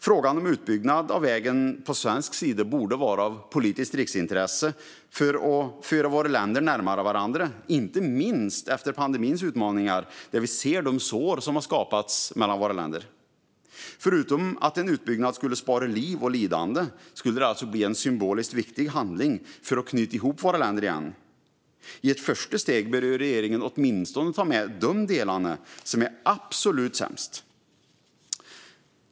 Frågan om utbyggnad av vägen på svensk sida borde vara en fråga av politiskt riksintresse för att föra våra länder närmare varandra, inte minst efter pandemins utmaningar där vi ser såren som har skapats mellan våra länder. Förutom att en utbyggnad skulle spara liv och lidande skulle det också bli en symboliskt viktig handling för att knyta ihop våra länder igen. I ett första steg bör regeringen åtminstone ta ställning till frågan om de delar av vägen som är absolut sämst.